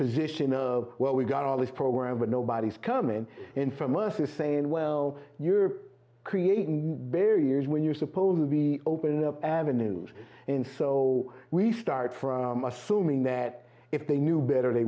position of well we've got all this program but nobody's coming in from us is saying well you're creating barriers when you're supposed to be open up avenues and so we start from assuming that if they knew better they